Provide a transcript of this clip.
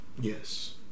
yes